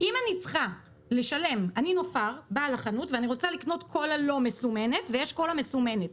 אם אני באה לחנות ואני רוצה לקנות קולה לא מסומנת ויש קולה מסומנת.